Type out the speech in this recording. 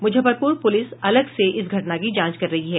Muzaffarpur police अलग से इस घटना की जांच कर रही है